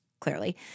clearly